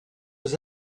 was